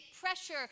pressure